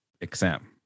exam